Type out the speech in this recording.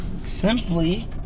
simply